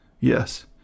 Yes